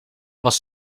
was